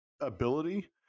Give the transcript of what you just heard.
ability